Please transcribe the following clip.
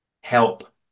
help